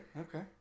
okay